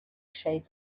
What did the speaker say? shades